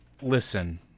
Listen